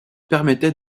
permettait